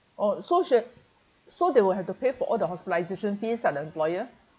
oh so she so they will have to pay for all the hospitalisation fees lah the employer